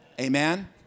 Amen